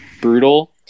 brutal